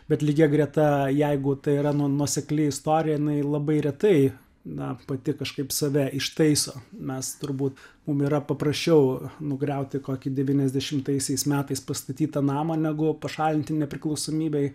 bet lygia greta jeigu tai yra nuo nuosekli istorija jinai labai retai na pati kažkaip save ištaiso mes turbūt mum yra paprasčiau nugriauti kokį devyniasdešimtaisiais metais pastatytą namą negu pašalinti nepriklausomybei